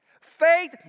Faith